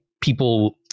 people